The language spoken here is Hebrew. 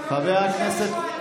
קשה לשמוע את האויב.